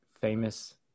famous